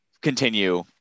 continue